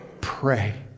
pray